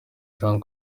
jean